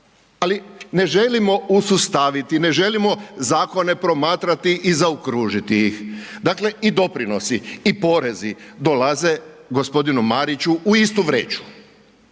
ali ne želimo usustaviti, ne želimo zakone promatrati i zaokružiti ih. Dakle i doprinosi. I porezi dolaze g. Mariću u istu vreću.